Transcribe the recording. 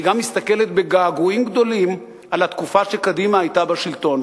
והיא גם מסתכלת בגעגועים גדולים על התקופה שקדימה היתה בשלטון.